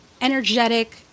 energetic